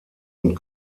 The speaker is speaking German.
und